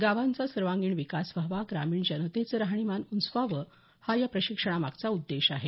गावांचा सर्वांगीण विकास व्हावा ग्रामीण जनतेचं राहणीमान उंचवावं हा या प्रशिक्षणामागचा उद्देश आहे